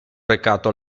recato